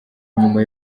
nyuma